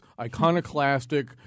iconoclastic